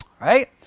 Right